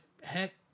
Heck